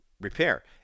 repair